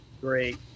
great